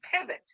pivot